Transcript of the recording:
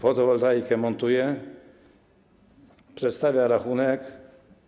Fotowoltaikę się montuje, przedstawia rachunek,